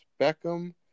Beckham